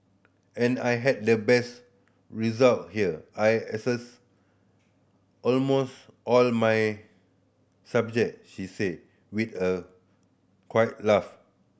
and I had the best result here I aced almost all my subject she say with a quiet laugh